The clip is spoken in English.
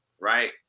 right